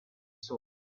saw